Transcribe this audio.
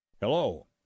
Hello